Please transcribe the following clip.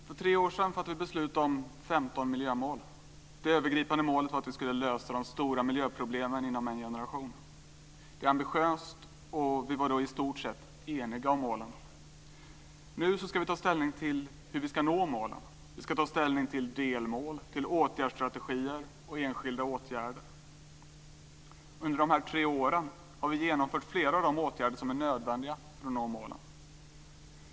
Herr talman! För tre år sedan fattade vi beslut om 15 miljömål. Det övergripande målet var att vi skulle lösa de stora miljöproblemen inom en generation. Det är ambitiöst, och vi var då i stort sett eniga om målen. Nu ska vi ta ställning till hur vi ska nå målen. Vi ska ta ställning till delmål, till åtgärdsstrategier och enskilda åtgärder. Under de här tre åren har vi genomfört flera av de åtgärder som är nödvändiga för att nå målen.